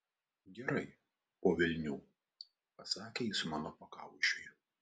gerai po velnių pasakė jis mano pakaušiui